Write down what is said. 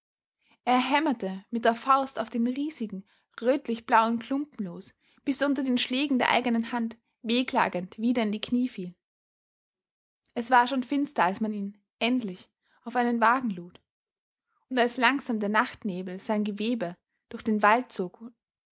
er hämmerte mit der faust auf den riesigen rötlich blauen klumpen los bis er unter den schlägen der eigenen hand wehklagend wieder in die knie fiel es war schon finster als man ihn endlich auf einen wagen lud und als langsam der nachtnebel sein gewebe durch den wald zog